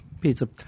pizza